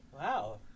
Wow